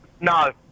No